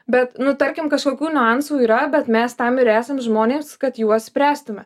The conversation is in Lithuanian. bet nu tarkim kažkokių niuansų yra bet mes tam ir esam žmonės kad juos spręstume